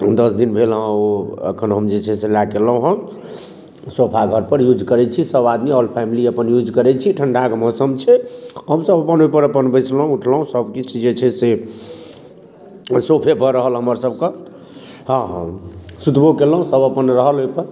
दश दिन भेलहुँ हँ ओ एखन हम जे छै से लै कऽ एलहुँ हँ सोफा घर पर यूज करैत छी सभ आदमी औल फैमिली अपन यूज करैत छी ठण्डा कऽ मौसम छै हमसभ अपन ओहि पर अपन बैसलहुँ उठलहुँ सभकिछु जे छै से सोफे पर रहल हमर सभकऽ हँ हँ सुतबो कयलहुँ सभ अपन रहल ओहि पर